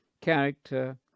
character